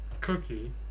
Cookie